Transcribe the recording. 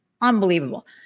unbelievable